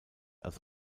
als